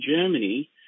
Germany